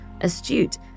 astute